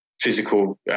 physical